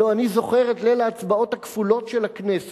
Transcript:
הלוא אני זוכר את ליל ההצבעות הכפולות של הכנסת,